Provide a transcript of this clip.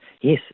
yes